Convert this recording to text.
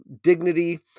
dignity